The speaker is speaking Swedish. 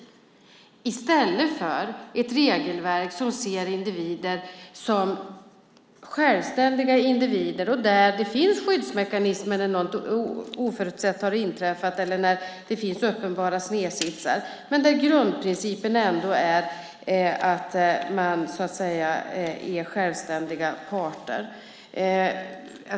Ska vi inte i stället ha ett regelverk som ser individer som självständiga och där det finns skyddsmekanismer när något oförutsett inträffar eller där det finns uppenbara snedsitsar? Grundprincipen ska väl ändå vara att alla är självständiga parter.